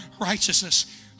righteousness